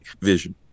vision